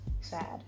sad